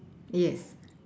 yes